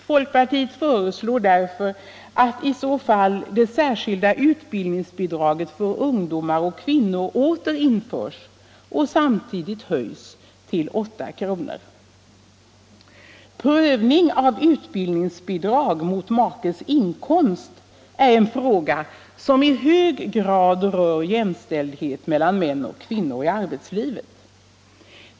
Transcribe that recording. Folkpartiet föreslår därför att i så fall det särskilda utbildningsbidraget för ungdomar och kvinnor återinförs och samtidigt höjs till åtta kronor. Frågan om prövning av utbildningsbidrag mot makens inkomst rör i hög grad jämställdheten mellan män och kvinnor i arbetslivet.